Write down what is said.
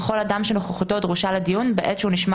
וכל אדם שנוכחותו דרושה לדיון בעת שהוא נשמע